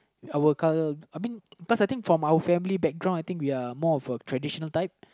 our cul~ I mean cause I think from our family background I think we are more of the traditional type